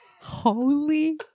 Holy